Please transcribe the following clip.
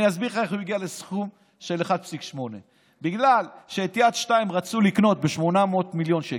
אני אסביר לך איך הוא הגיע לסכום של 1.8. בגלל שאת יד 2 רצו לקנות ב-800 מיליון שקל,